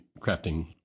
crafting